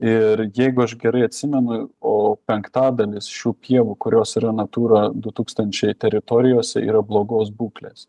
ir jeigu aš gerai atsimenu o penktadalis šių pievų kurios yra natūra du tūkstančiai teritorijose yra blogos būklės